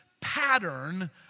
pattern